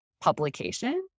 publication